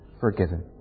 forgiven